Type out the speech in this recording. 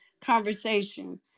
conversation